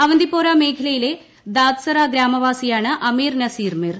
അവന്തിപോറ മേഖലയിലെ ദാദ്സറ ഗ്രാമവാസിയാണ് അമീർ നസീർ മിർ